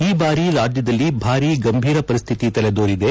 ಈ ಬಾರಿ ರಾಜ್ಯದಲ್ಲಿ ಭಾರಿ ಗಂಭೀರ ಪರಿಸ್ದಿತಿ ತಲೆದೋರಿದೆ